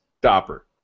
stopper